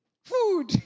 Food